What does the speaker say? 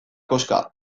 koxka